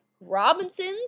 Robinson's